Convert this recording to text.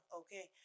okay